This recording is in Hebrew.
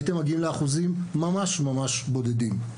הייתם מגיעים לאחוזים ממש ממש בודדים.